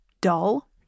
dull